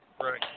Right